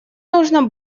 нужно